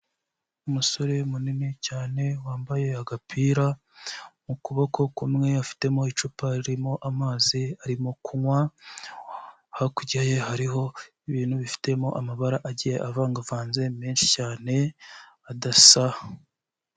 Umusore munini cyane wambaye agapira, mu kuboko kumwe afitemo icupa ririmo amazi arimo kunywa, hakurya ye hariho ibintu bifitemo amabara agiye avangavanze menshi cyane adasa.